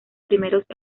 primeros